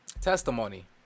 testimony